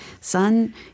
son